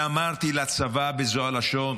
ואמרתי לצבא בזו הלשון,